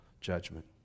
judgment